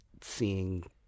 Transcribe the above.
seeing